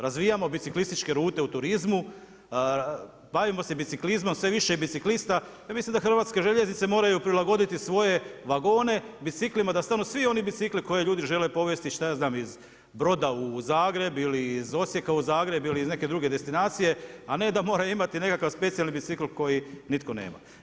Razvijamo biciklističke rute u turizmu, bavimo se biciklizmom, sve više je biciklista, ja mislim da HŽ moraju prilagoditi svoje vagone, biciklima da stanu svi oni bicikli koje ljudi žele povesti, šta ja znam, iz Broda u Zagreb, ili iz Osijeka u Zagreb ili iz neke druge destinacije, a ne da moraju imati nekakav specijalni bicikl koji nitko nema.